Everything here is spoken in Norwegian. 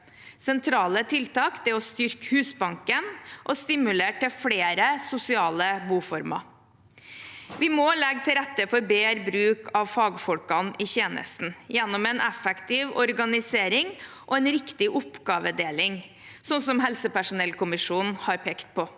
Sentrale tiltak er å styrke Husbanken og stimulere til flere sosiale boformer. – Vi må legge til rette for bedre bruk av fagfolkene i tjenestene gjennom en effektiv organisering og en riktig oppgavedeling, slik helsepersonellkommisjonen har pekt på.